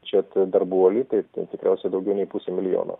čia d dar buvo litai tai tikriausiai daugiau nei pusę milijono